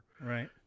Right